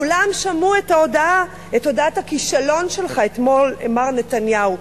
כולם שמעו את הודעת הכישלון שלך אתמול, מר נתניהו.